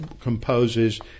composes